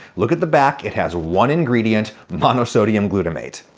look at the back, it has one ingredient monosodium glutamate.